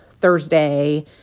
Thursday